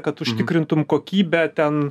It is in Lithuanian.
kad užtikrintum kokybę ten